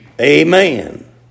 Amen